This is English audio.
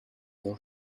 your